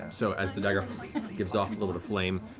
so as the dagger gives off a bit of flame,